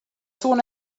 soon